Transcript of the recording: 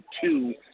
two